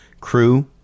crew